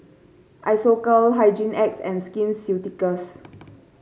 Isocal Hygin X and Skin Ceuticals